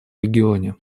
регионе